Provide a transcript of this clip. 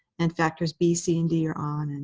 and factors b, c and d are on, and